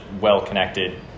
well-connected